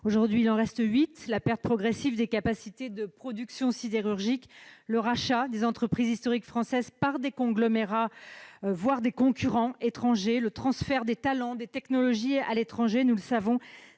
Aujourd'hui, il en reste 8. La perte progressive des capacités de production sidérurgique ou le rachat des entreprises historiques françaises par des conglomérats, voire des concurrents étrangers, le transfert des talents, des technologies à l'étranger, qui sont